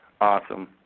Awesome